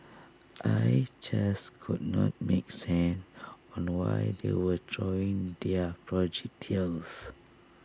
I just could not make sand and why they were throwing their projectiles